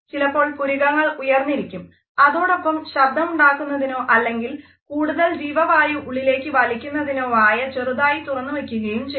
ചിലപ്പോൾ പുരികങ്ങൾ ഉയർന്നിരിക്കും അതോടൊപ്പം ശബ്ദമുണ്ടാക്കുന്നതിനോ അല്ലെങ്കിൽ കൂടുതൽ ജീവവായു ഉള്ളിലേക്കെടുക്കുന്നതിനോ വായ ചെറുതായി തുറന്നുവെയ്ക്കുകയും ചെയ്യും